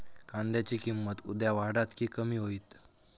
कांद्याची किंमत उद्या वाढात की कमी होईत?